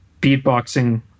beatboxing